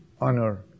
honor